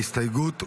ההסתייגות הוסרה.